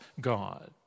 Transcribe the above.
God